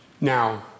Now